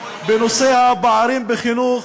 בנושא הפערים בחינוך